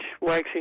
waxing